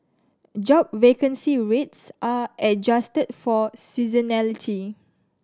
job vacancy rates are adjusted for seasonality